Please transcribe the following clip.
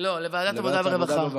לא, לוועדת העבודה והרווחה.